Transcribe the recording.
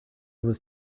was